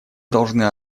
должны